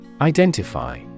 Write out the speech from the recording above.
Identify